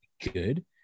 good